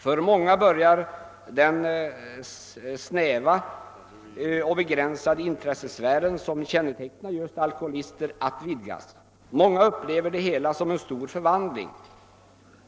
För många börjar den snäva och begränsade intressesfären, som kännetecknar just alkoholister, att vidgas. Många upplever det hela som en stor förvandling.